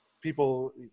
people